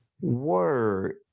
word